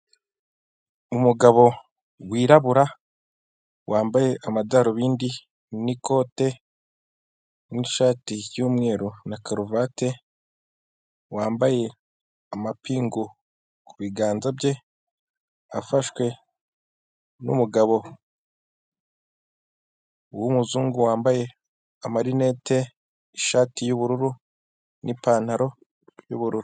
Umugabo wirabura wambaye amadarubindi n'ikote n'ishati y'umweru na karuvate wambaye amapingu kubiganza bye, afashwe n'umugabo w'umuzungu wambaye amarinete, ishati y'ubururu n'ipantaro y'ubururu.